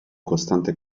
costante